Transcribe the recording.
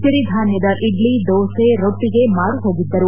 ಬರಿಧಾನ್ಯದ ಇಡ್ಲಿ ದೋಸೆ ರೊಟ್ಟಿಗೆ ಮಾರು ಹೋಗಿದ್ದರು